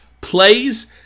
plays